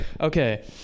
okay